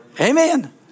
Amen